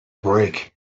break